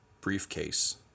briefcase